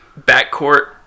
backcourt